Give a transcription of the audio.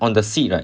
on the seat right